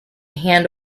hand